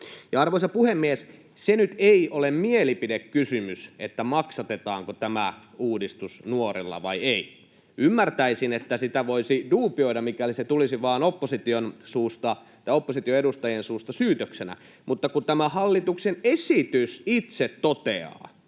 Arvoisa puhemies! Se nyt ei ole mielipidekysymys, maksatetaanko tämä uudistus nuorilla vai ei. Ymmärtäisin, että sitä voisi duubioida, mikäli se tulisi vain opposition edustajien suusta syytöksenä, mutta kun tämä hallituksen esitys itse toteaa,